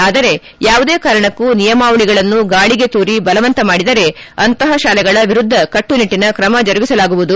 ಆದರೆ ಯಾವುದೇ ಕಾರಣಕ್ಕೂ ನಿಯಮಾವಳಿಗಳನ್ನು ಗಾಳಿಗೆ ತೂರಿ ಬಲವಂತ ಮಾಡಿದರೆ ಅಂತಹ ಶಾಲೆಗಳ ವಿರುದ್ದ ಕಟ್ಟನಿಟ್ಟಿನ ಕ್ರಮ ಜರುಗಿಸಲಾಗುವುದು